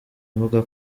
avuga